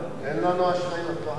לא היה, תודה.